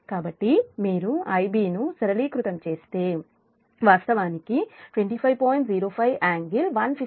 కాబట్టి మీరు Ib సరళీకృతం చేస్తే వాస్తవానికి 25